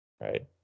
right